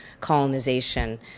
colonization